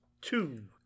two